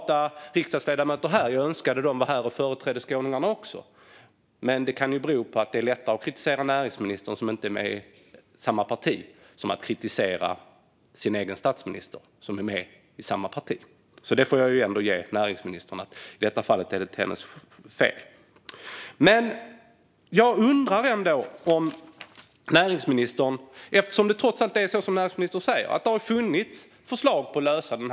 Jag hade önskat att de också var här för att företräda skåningarna. Men det kan bero på att det är lättare att kritisera näringsministern, som inte är med i deras parti, än att kritisera den egna statsministern, som är med i deras parti. Jag får ändå ge näringsministern att det inte är hennes fel. Det är trots allt som näringsministern säger; det har funnits förslag för att lösa frågan.